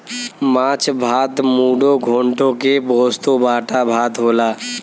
माछ भात मुडो घोन्टो के पोस्तो बाटा भात होला